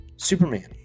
Superman